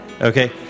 Okay